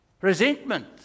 Resentment